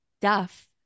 duff